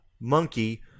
Monkey